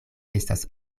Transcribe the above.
estas